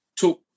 talk